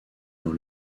dans